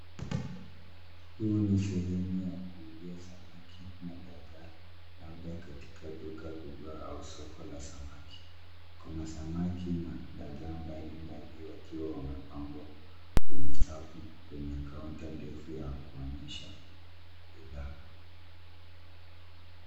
Huu ni sehemu ya kuuzia samaki na dagaa labda katika duka kubwa au soko la samaki. Kuna samaki na dagaa mbalimbali wakiwa wamepangwa kwenye safu kwenye kaunta ndefu ya kuonyesha bidhaa.